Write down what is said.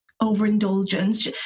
overindulgence